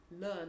learn